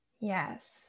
Yes